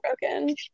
broken